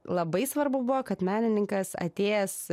labai svarbu buvo kad menininkas atėjęs